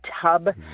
tub